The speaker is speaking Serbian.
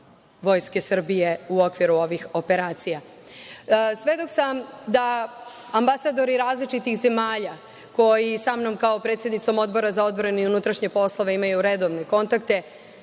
Vojske Srbije u okviru ovih operacija. Svedok sam da ambasadori različitih zemalja, koji sa mnom kao predsednicom Odbora za odbranu i unutrašnje poslove imaju redovne kontakte,